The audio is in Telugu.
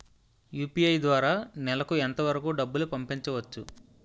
యు.పి.ఐ ద్వారా నెలకు ఎంత వరకూ డబ్బులు పంపించవచ్చు?